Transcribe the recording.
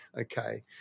Okay